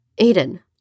Aiden